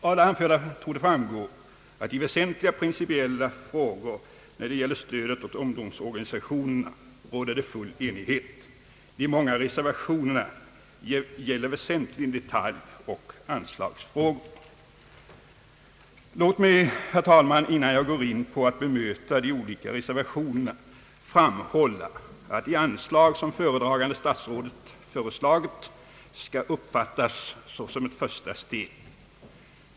Av det anförda torde framgå att i väsentliga principiella frågor beträffande stödet åt ungdomsorganisationerna råder full enighet. De många reservationerna gäller väsentligen detaljoch anslagsfrågor. Låt mig, herr talman, innan jag går in på att bemöta de olika reservationerna få framhålla att det anslag som föredragande statsrådet föreslagit skall uppfattas som ett första steg.